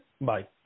Bye